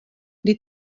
kdy